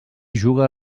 juga